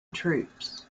troops